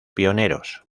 pioneros